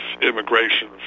immigration